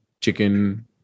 chicken